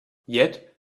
yet